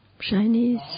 Chinese